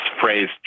phrase